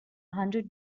hundred